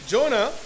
Jonah